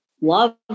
love